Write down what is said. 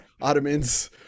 Ottomans